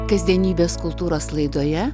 kasdienybės kultūros laidoje